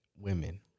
Women